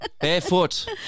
Barefoot